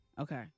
Okay